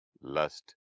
lust